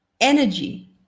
Energy